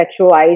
sexualized